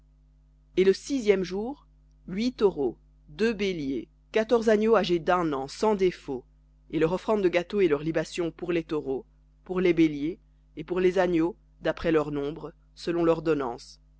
et le sixième jour huit taureaux deux béliers quatorze agneaux âgés d'un an sans défaut et leur offrande de gâteau et leurs libations pour les taureaux pour les béliers et pour les agneaux d'après leur nombre selon l'ordonnance